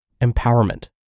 empowerment